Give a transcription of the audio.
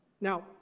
Now